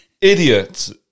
Idiots